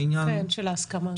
העניין של ההסכמה,